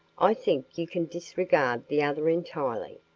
i think you can disregard the other entirely.